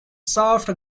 soft